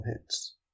hits